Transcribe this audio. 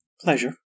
Pleasure